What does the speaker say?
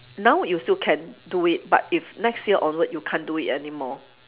now you still can do it but if next year onward you can't do it anymore